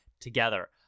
together